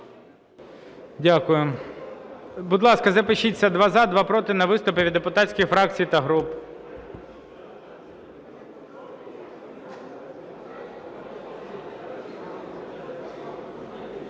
Дякую. Будь ласка, запишіться: два – за, два проти, на виступи від депутатських фракцій та груп.